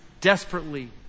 desperately